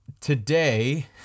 today